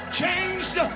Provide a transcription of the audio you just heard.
changed